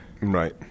Right